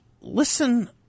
Listen